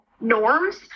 norms